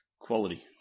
quality